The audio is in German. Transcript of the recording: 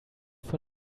von